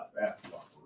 basketball